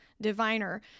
diviner